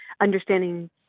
understanding